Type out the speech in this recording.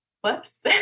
whoops